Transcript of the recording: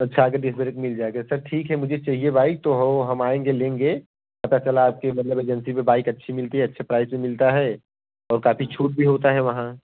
अच्छा आगे डिजवेरिज मिल जाएगा अच्छा ठीक है मुझे चाहिए बाइक तो हो हम आएँगे लेंगे पता चला कि मतलब एजेंसी में बाइक अच्छी मिलती है अच्छे प्राइस भी मिलता है और काफ़ी छूट भी होता है वहाँ